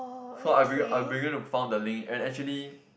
so I be I began to found the link and actually